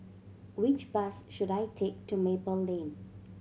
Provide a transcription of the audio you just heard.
which bus should I take to Maple Lane